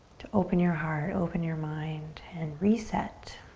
to open your heart, open your mind and reset.